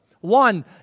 One